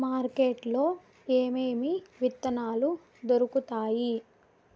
market లో ఏమేమి విత్తనాలు దొరుకుతాయి